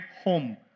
home